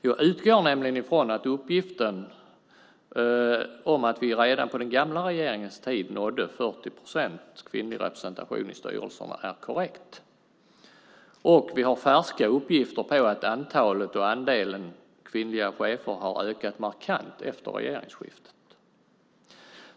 Jag utgår nämligen från att uppgiften om att vi redan på den gamla regeringens tid nådde en kvinnlig representation i styrelserna på 40 procent är korrekt, och vi har färska uppgifter på att antalet och andelen kvinnliga chefer har ökat markant efter regeringsskiftet.